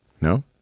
No